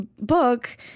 book